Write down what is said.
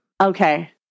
Okay